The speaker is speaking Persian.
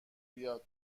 بیاد